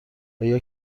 آیا